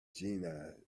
jeanne